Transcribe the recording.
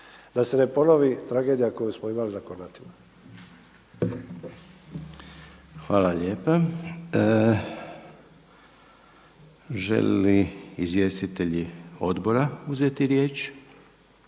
da se ne ponovi tragedija koju smo imali na Kornatima. **Reiner, Željko (HDZ)** Hvala lijepa. Žele li izvjestitelji odbora uzeti riječ?